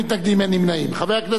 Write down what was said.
ביטול הנפקת איגרות חוב של ארגון